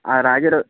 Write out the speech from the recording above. ಆ ರಾಗಿ ರೋ